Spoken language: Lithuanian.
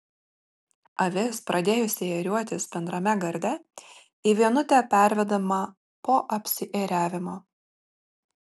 avis pradėjusi ėriuotis bendrame garde į vienutę pervedama po apsiėriavimo